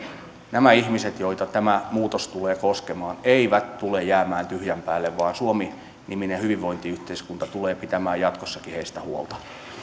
nämä ihmiset joita tämä muutos tulee koskemaan eivät tule jäämään tyhjän päälle vaan suomi niminen hyvinvointiyhteiskunta tulee pitämään jatkossakin heistä huolta